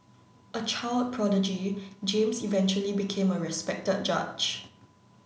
a child prodigy James eventually became a respected judge